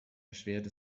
erschwert